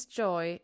joy